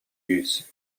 use